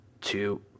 two